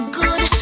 good